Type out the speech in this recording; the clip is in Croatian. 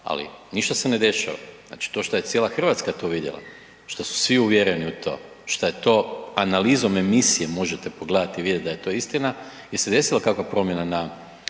ali ništa se ne dešava, znači to šta je cijela RH to vidjela, šta su svi uvjereni u to, šta je to analizom emisije možete pogledat i vidjet da je to istina, jel se desila kakva promjena na